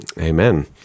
Amen